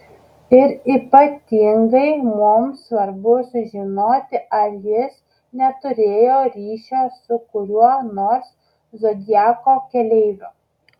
ir ypatingai mums svarbu sužinoti ar jis neturėjo ryšio su kuriuo nors zodiako keleiviu